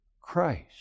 Christ